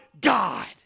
god